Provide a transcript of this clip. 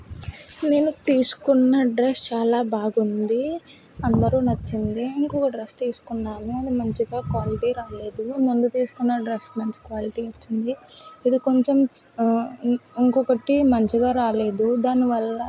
నేను తీసుకున్న డ్రెస్ చాలా బాగుంది అందరికి నచ్చింది ఇంకొక డ్రెస్ తీసుకున్నాను అది మంచిగా క్వాలిటీ రాలేదు ముందు తీసుకున్న డ్రెస్ మంచి క్వాలిటీ వచ్చింది ఇది కొంచం ఇంకొకటి మంచిగా రాలేదు దాని వల్ల